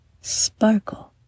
Sparkle